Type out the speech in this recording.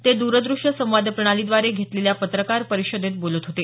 ते द्रदृष्य संवाद प्रणालीद्वारे घेतलेल्या पत्रकार परिषदेत बोलत होते